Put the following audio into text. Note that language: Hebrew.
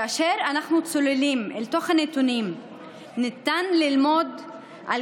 כאשר אנחנו צוללים אל תוך הנתונים ניתן ללמוד על